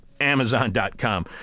amazon.com